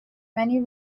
many